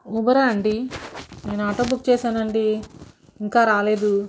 ఉబర్ఆ అండి నేను auto book చేశాను అండి ఇంకా రాలేదు